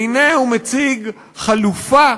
והנה הוא מציג חלופה